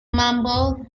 mumble